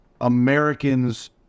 Americans